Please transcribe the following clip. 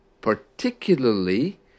Particularly